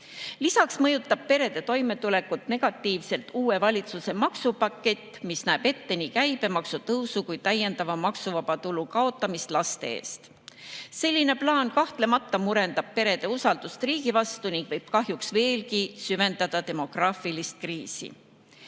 Lisaks mõjutab perede toimetulekut negatiivselt uue valitsuse maksupakett, mis näeb ette nii käibemaksu tõusu kui ka täiendava maksuvaba tulu kaotamist laste eest. Selline plaan kahtlemata murendab perede usaldust riigi vastu ning võib kahjuks veelgi süvendada demograafilist kriisi.